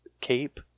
cape